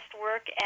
work